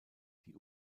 die